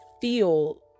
feel